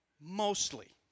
mostly